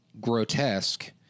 grotesque